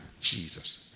Jesus